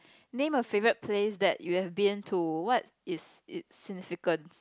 name a favorite place that you have been to what is it's significance